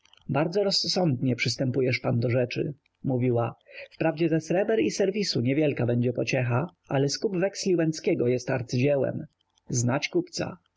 bardzo rozsądnie przystępujesz pan do rzeczy mówiła wprawdzie ze sreber i serwisu niewielka będzie pociecha ale skup weksli łęckiego jest arcydziełem znać kupca